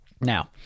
Now